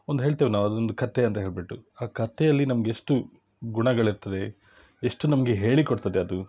ಒಂದು ಹೇಳ್ತೇವೆ ನಾವು ಅದೊಂದು ಕಥೆ ಅಂತ ಹೇಳಿಬಿಟ್ಟು ಆ ಕಥೆಯಲ್ಲಿ ನಮಗೆಷ್ಟು ಗುಣಗಳಿರ್ತದೆ ಎಷ್ಟು ನಮಗೆ ಹೇಳಿಕೊಡ್ತದೆ ಅದು